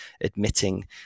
admitting